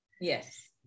Yes